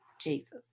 Jesus